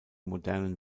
modernen